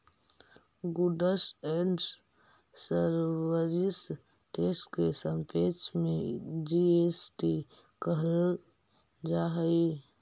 goods and service टेस्ट के संक्षेप में जी.एस.टी कहल जा हई